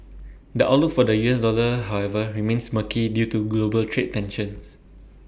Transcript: the outlook for the U S dollar however remains murky due to global trade tensions